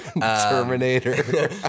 Terminator